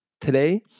Today